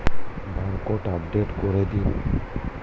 Barcode update করে দিন?